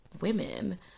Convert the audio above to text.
women